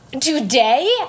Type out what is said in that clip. today